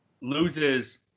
loses